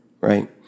right